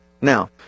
Now